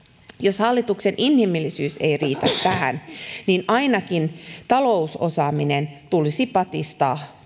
jos hallituksen inhimillisyys ei riitä tähän niin ainakin talousosaaminen tulisi patistaa